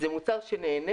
נהנה